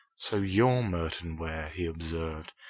so you're merton ware, he observed.